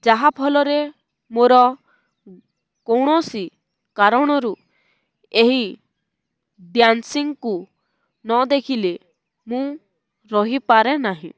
ଯାହାଫଳରେ ମୋର କୌଣସି କାରଣରୁ ଏହି ଡ୍ୟାନ୍ସିଂକୁ ନ ଦେଖିଲେ ମୁଁ ରହିପାରେ ନାହିଁ